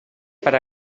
per